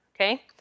okay